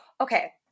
okay